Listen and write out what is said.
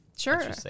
Sure